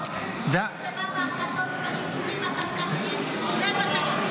------ בעזה --- בהחלטות והשיקולים הכלכליים ובתקציב